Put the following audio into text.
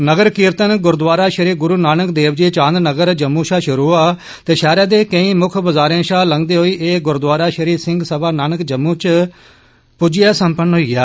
नगर कीर्तन गुरूद्वारा श्री गुरू नानक देव जी चांद नगर जम्मू शा शुरू होआ ते शैहरा दे केंई मुक्ख बजारे शा लंघदे होई ए गुरूद्वारा श्री सिंह सभा नानक नगर जम्मू च पुज्जिये संपन्न होई गेआ